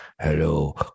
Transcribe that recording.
Hello